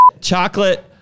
Chocolate